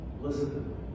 listen